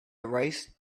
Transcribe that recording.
erased